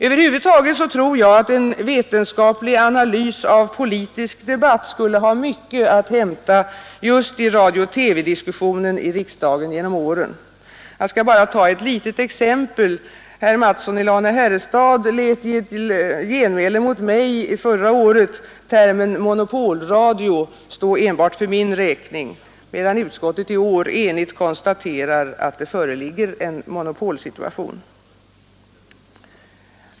Över huvud taget tror jag att en vetenskaplig analys av politisk debatt skulle ha mycket att hämta just i radio-TV-diskussionen i riksdagen genom åren. Jag skall bara ta ett litet exempel: Herr Mattsson i Lane-Herrestad lät i ett genmäle mot mig förra året termen monopolradio stå enbart för min räkning, medan utskottet i år enigt konstaterar att det föreligger en monopolsituation.